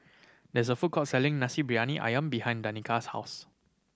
there's a food court selling Nasi Briyani Ayam behind Danica's house